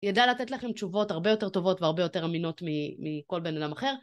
ידע לתת לכם תשובות הרבה יותר טובות והרבה יותר אמינות מכל בן אדם אחר.